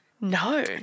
No